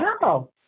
wow